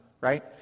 right